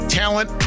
talent